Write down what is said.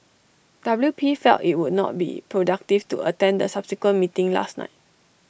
W P felt IT would not be productive to attend the subsequent meeting last night